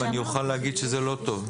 אני אוכל להגיד שזה לא טוב,